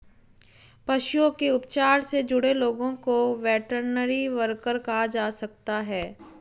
पशुओं के उपचार से जुड़े लोगों को वेटरनरी वर्कर कहा जा सकता है